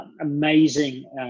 amazing